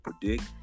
predict